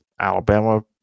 Alabama